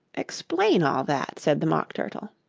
explain all that said the mock turtle.